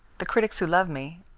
the critics who love me,